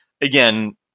again